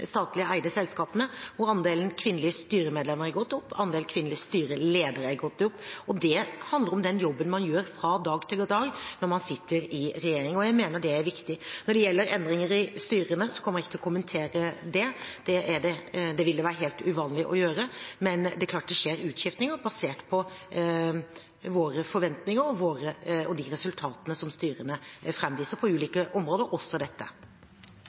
statlig eide selskapene hvor andelen kvinnelige styremedlemmer har gått opp, andelen kvinnelige styreledere har gått opp. Det handler om den jobben man gjør fra dag til dag når man sitter i regjering, og jeg mener det er viktig. Når det gjelder endringer i styrene, kommer jeg ikke til å kommentere det. Det ville være helt uvanlig å gjøre. Men det er klart det skjer utskiftninger basert på våre forventninger og de resultatene som styrene framviser på ulike områder, også dette.